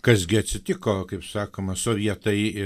kas gi atsitiko kaip sakoma sovietai